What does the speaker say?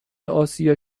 اسیا